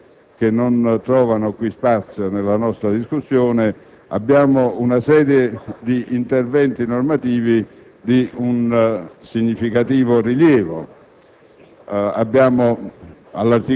superando le facili battute che non trovano spazio nella nostra discussione, abbiamo al nostro esame una serie di interventi normativi di un significativo rilievo.